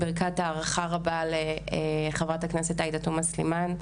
הערכה רבה לחה"כ עאידה תומא סלימאן,